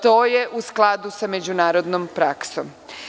To je u skladu sa međunarodnom praksom.